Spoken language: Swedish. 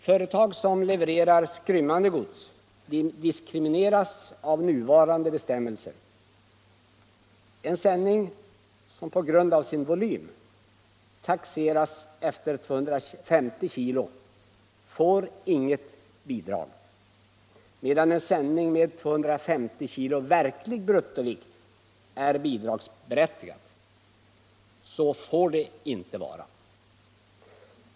Företag som levererar skrymmande gods diskrimineras av nuvarande bestämmelser. En sändning som på grund av sin volym taxeras efter 250 kg får inget bidrag, medan en sändning med 250 kg verklig bruttovikt är bidragsberättigad. Så får det inte vara.